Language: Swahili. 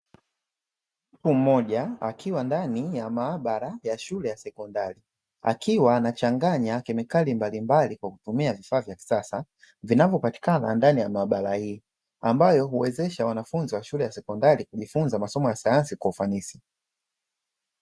Mtu mmoja akiwa ndani ya maabara ya shule ya sekondari, akiwa anachanganya kemikali mbalimbali kwa kutumia vifaa vya kisasa vinavyopatikana ndani ya maabara hii, ambayo huwezesha wanafunzi wa shule ya sekondari kujifunza masomo ya sayansi kwa ufanisi.